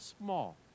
small